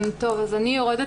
טוב, אז אני יורדת